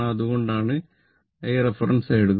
അതുകൊണ്ടാണ് I റഫറൻസായി എടുക്കുന്നത്